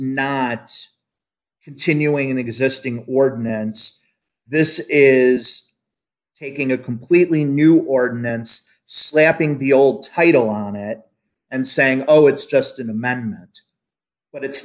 not continuing an existing ordinance this is taking a completely new ordinance slapping the old title on it and saying oh it's just an amendment but it's